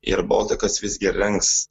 eir boltikas visgi rengs